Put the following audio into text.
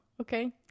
okay